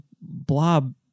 blob